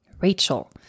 Rachel